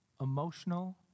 emotional